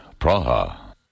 Praha